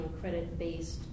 credit-based